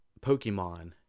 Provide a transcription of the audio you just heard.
Pokemon